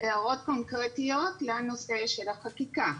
הערות קונקרטיות לנושא של החקיקה.